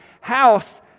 house